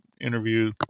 interview